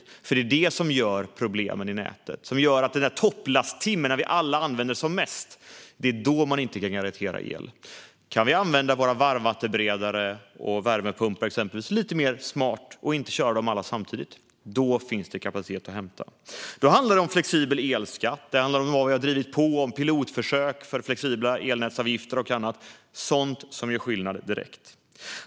Det är nämligen det som ger problem i nätet, som gör att man inte kan garantera el under den där topplasttimmen när vi alla använder den som mest. Kan vi använda exempelvis våra varmvattenberedare och värmepumpar lite smartare och inte köra dem alla samtidigt finns det kapacitet att hämta. Då handlar det om flexibel elskatt och om de pilotförsök med flexibla elnätsavgifter och annat som vi har drivit på för. Sådant gör skillnad direkt.